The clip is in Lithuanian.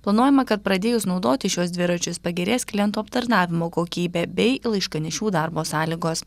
planuojama kad pradėjus naudoti šiuos dviračius pagerės klientų aptarnavimo kokybė bei laiškanešių darbo sąlygos